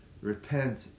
repent